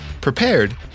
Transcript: prepared